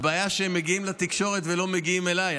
הבעיה שהם מגיעים לתקשורת ולא מגיעים אליי,